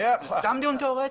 זה סתם דיון תיאורטי.